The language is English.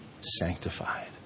sanctified